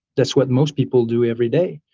that's what most people do every day.